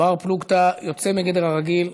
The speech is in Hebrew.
בר-פלוגתא יוצא מגדר הרגיל,